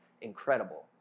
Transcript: incredible